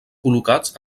col·locats